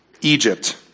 Egypt